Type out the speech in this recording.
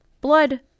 blood